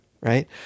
Right